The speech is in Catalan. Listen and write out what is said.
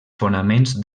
fonaments